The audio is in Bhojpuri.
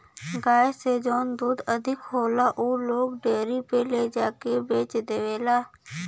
गाय से जौन दूध अधिक होला उ लोग डेयरी पे ले जाके के बेच देवला